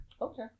Okay